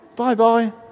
Bye-bye